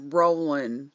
rolling